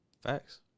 Facts